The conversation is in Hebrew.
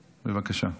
בבקשה.